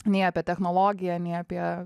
nei apie technologiją nei apie